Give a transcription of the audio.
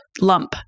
lump